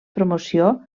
promoció